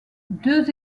deux